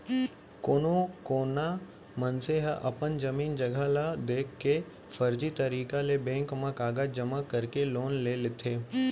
कोनो कोना मनसे ह अपन जमीन जघा ल देखा के फरजी तरीका ले बेंक म कागज जमा करके लोन ले लेथे